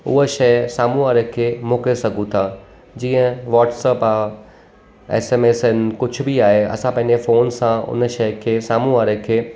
उहा शइ साम्हूं वारे खे मोकिले सघूं था जीअं व्हाटसप आहे एसमएस आहिनि कुझु बि आहे असां पंहिंजे फ़ोन सां उन शइ खे साम्हूं वारे खे